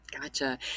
Gotcha